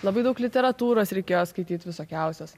labai daug literatūros reikėjo skaityt visokiausios